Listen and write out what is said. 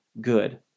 good